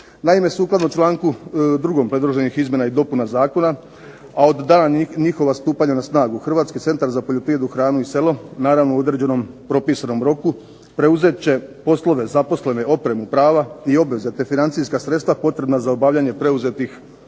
Naime sukladno članku 2. predloženih izmjena i dopuna zakona, a od dana njihova stupanja na snagu Hrvatski centar za poljoprivredu, hranu i selo naravno u određenom propisanom roku, preuzet će poslove zaposlene, opremu, prava i obveze, te financijska sredstva potrebna za obavljanje preuzetih poslova